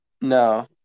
no